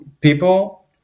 people